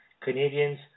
Canadians